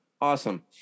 Awesome